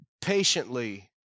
patiently